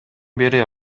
бери